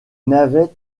navettes